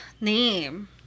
name